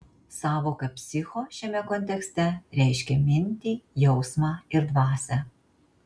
sąvoka psicho šiame kontekste reiškia mintį jausmą ir dvasią